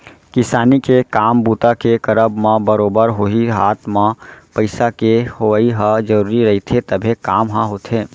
किसानी के काम बूता के करब म बरोबर होही हात म पइसा के होवइ ह जरुरी रहिथे तभे काम ह होथे